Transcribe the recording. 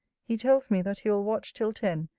he tells me that he will watch till ten,